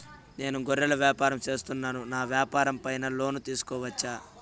నేను గొర్రెలు వ్యాపారం సేస్తున్నాను, నేను వ్యాపారం పైన లోను తీసుకోవచ్చా?